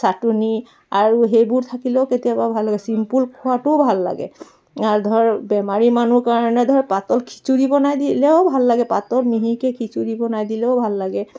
চাটনি আৰু সেইবোৰ থাকিলেও কেতিয়াবা ভাল লাগে ছিম্পল খোৱাটোও ভাল লাগে আৰু ধৰ বেমাৰী মানুহ কাৰণে ধৰ পাতল খিচিৰি বনাই দিলেও ভাল লাগে পাতল মিহিকৈ খিচিৰি বনাই দিলেও ভাল লাগে